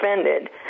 offended